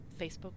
facebook